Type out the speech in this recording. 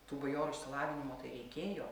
tų bajorų išsilavinimo tai reikėjo